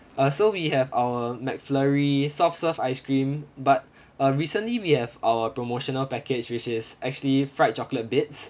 uh so we have our McFlurry soft serve ice cream but uh recently we have our promotional package which is actually fried chocolate bits